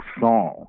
song